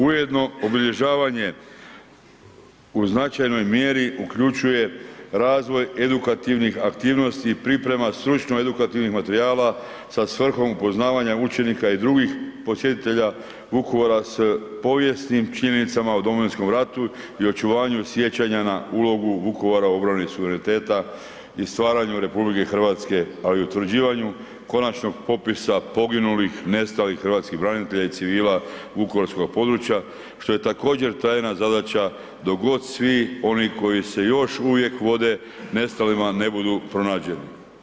Ujedno obilježavanje u značajnoj mjeri uključuje razvoj edukativnih aktivnosti i priprema stručno edukativnih materijala sa svrhom upoznavanja učenika i drugih posjetitelja Vukovara s povijesnim činjenicama o Domovinskom ratu i očuvanju sjećanja na ulogu Vukovara u obrani suvereniteta i stvaranju RH, ali i utvrđivanju konačnog popisa poginulih, nestalih hrvatskih branitelja i civila vukovarskoga područja, što je također trajna zadaća dok god svi oni koji se još uvijek vode nestalima ne budu pronađeni.